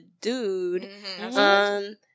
dude